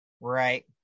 right